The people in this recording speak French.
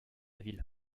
villa